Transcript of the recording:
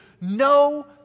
no